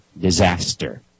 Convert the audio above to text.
disaster